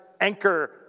anchor